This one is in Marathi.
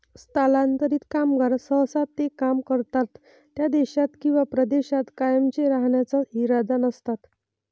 स्थलांतरित कामगार सहसा ते काम करतात त्या देशात किंवा प्रदेशात कायमचे राहण्याचा इरादा नसतात